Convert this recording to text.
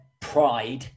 pride